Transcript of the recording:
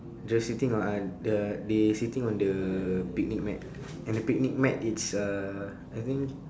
they're sitting on the they sitting on the picnic mat and the picnic mat it's uh I think